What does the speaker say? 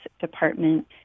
department